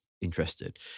interested